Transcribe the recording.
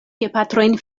gepatrojn